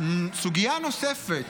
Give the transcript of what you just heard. סוגיה נוספת,